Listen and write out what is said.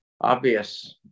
obvious